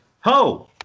HO